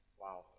Wow